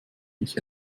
mich